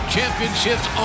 Championships